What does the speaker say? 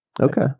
Okay